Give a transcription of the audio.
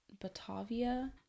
Batavia